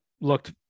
looked